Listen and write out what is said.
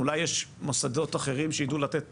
יכול להיות שיש בנגב מוסדות אחרים שידעו לתת